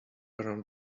around